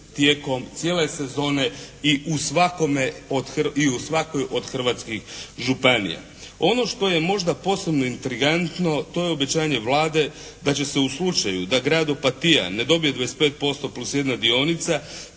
tijekom cijele sezone i u svakoj od hrvatskih županija. Ono što je možda posebno intrigantno, to je obećanje Vlade da će se u slučaju da grad Opatija ne dobije 25% plus jedna dionica,